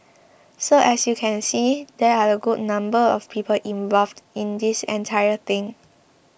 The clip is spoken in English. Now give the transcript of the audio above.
so as you can see there are a good number of people involved in this entire thing